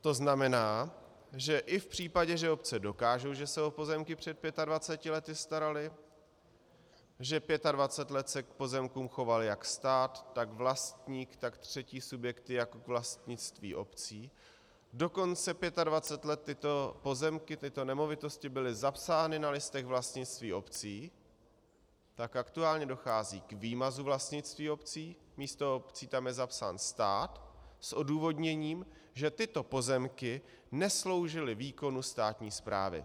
To znamená, že i v případě, že obce dokážou, že se o pozemky před 25 lety staraly, že 25 let se k pozemkům chovaly jak stát, tak vlastník, tak třetí subjekty jako k vlastnictví obcí, dokonce 25 let tyto pozemky, tyto nemovitosti byly zapsány na listech vlastnictví obcí, tak aktuálně dochází k výmazu vlastnictví obcí, místo obcí tam je zapsán stát s odůvodněním, že tyto pozemky nesloužily k výkonu státní správy.